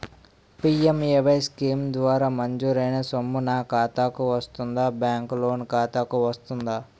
PMAY scheme ద్వారా మంజూరైన సొమ్ము నా ఖాతా కు వస్తుందాబ్యాంకు లోన్ ఖాతాకు వస్తుందా?